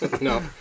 No